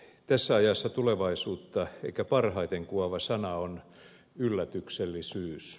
tässä ajassa tulevaisuutta ehkä parhaiten kuvaava sana on yllätyksellisyys